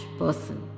person